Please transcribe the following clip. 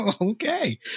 okay